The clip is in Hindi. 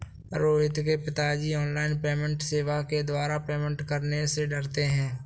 रोहित के पिताजी ऑनलाइन पेमेंट सेवा के द्वारा पेमेंट करने से डरते हैं